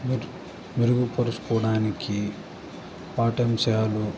మెరు మెరుగుపరుచుకోడానికి పాఠ్యాంశాలు